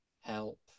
help